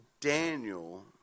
Daniel